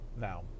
Now